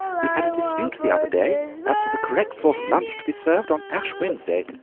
we had a dispute the other day as to the correct sort of lunch to be served on ash wednesday,